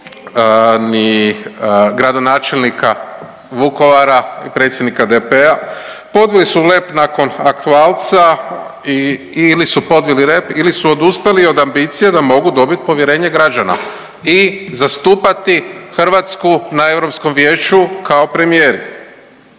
ni gradonačelnika Vukovara predsjednika DP-a, podvili su rep nakon aktualca ili su povili rep ili su odustali od ambicije da mogu dobiti povjerenje građana i zastupati Hrvatsku na Europskom vijeću kao premijer.